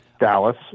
Dallas